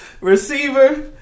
Receiver